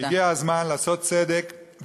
הגיע הזמן לעשות צדק,